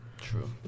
True